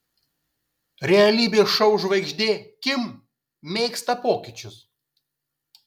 realybės šou žvaigždė kim mėgsta pokyčius